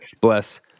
Bless